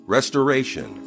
Restoration